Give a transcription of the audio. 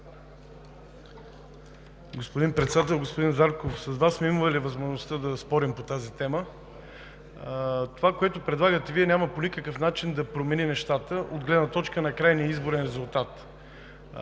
Господин Председател! Господин Зарков, с Вас сме имали възможността да спорим по тази тема. Това, което предлагате Вие, няма по никакъв начин да промени нещата от гледна точка на крайния изборен резултат.